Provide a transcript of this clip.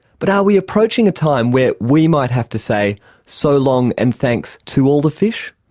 but are we approaching a time where we might have to say so long and thanks to all the fish?